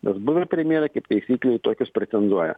ir buvę premjerai kaip taisyklė į tokius pretenduoja